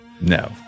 No